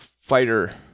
fighter